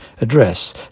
address